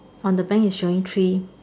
on the bank is showing three